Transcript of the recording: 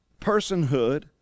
personhood